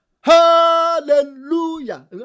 Hallelujah